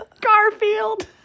Garfield